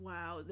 Wow